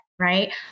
right